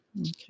Okay